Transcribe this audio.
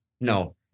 No